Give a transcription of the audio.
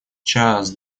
час